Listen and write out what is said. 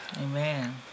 Amen